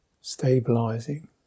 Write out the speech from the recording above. stabilizing